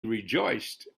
rejoiced